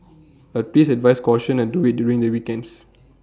but please advise caution and do IT during the weekends